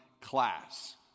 class